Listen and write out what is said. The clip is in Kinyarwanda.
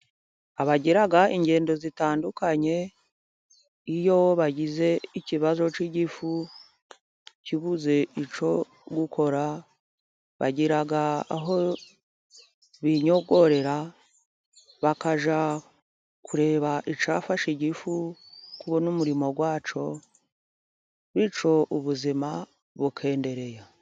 Abagira ingendo zitandukanye iyo bagize ikibazo cy'igifu, kibuze icyo gukora bagira aho binyogorera bakajya kureba icyafashe igifu, kubona umurimo wacyo, bityo ubuzima bukendereya.